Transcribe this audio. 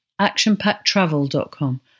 actionpacktravel.com